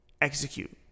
Execute